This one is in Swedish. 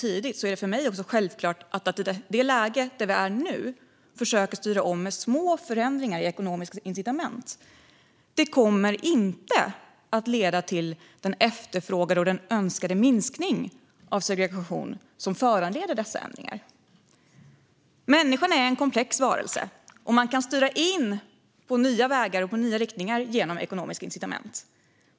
På samma sätt är det för mig också självklart att om man i det läge där vi är nu försöker styra om med små förändringar i ekonomiska incitament kommer det inte att leda till en önskad minskning av segregationen. Människan är en komplex varelse. Man kan styra in på nya vägar och riktningar genom ekonomiska incitament.